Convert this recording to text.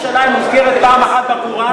האם ירושלים מוזכרת פעם אחת בקוראן?